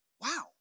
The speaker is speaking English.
wow